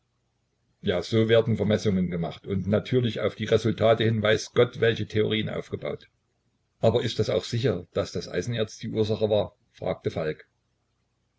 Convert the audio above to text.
ja so werden vermessungen gemacht und natürlich auf die resultate hin weiß gott welche theorien aufgebaut aber ist das auch sicher daß das eisenerz die ursache war fragte falk